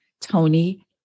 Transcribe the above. Tony